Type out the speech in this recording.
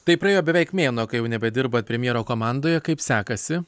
tai praėjo beveik mėnuo kai jau nebedirbat premjero komandoje kaip sekasi